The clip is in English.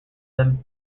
them